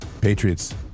Patriots